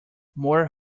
more